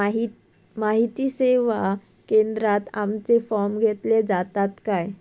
माहिती सेवा केंद्रात आमचे फॉर्म घेतले जातात काय?